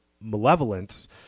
malevolence